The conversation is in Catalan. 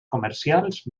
comercials